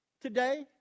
today